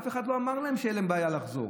אף אחד לא אמר להם שתהיה להם בעיה לחזור,